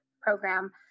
program